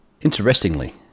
Interestingly